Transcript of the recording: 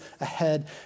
ahead